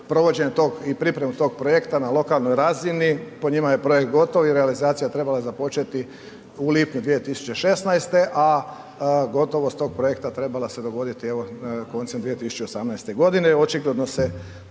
provođenje tog i pripremu tog projekta na lokalnoj razini, po njima je projekt gotov i realizacija je trebala započeti u lipnju 2016., a gotovost tog projekta trebala se dogoditi, evo, koncem 2018. g